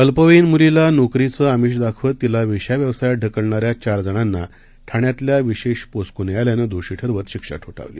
अल्पवयीन मुलीला नोकरीचं आमिष दाखवत तिला वेश्याव्यवसायात ढकलणाऱ्या चार जणांना ठाण्यातल्या विशेष पोस्को न्यायालयानं दोषी ठरवत शिक्षा ठोठावली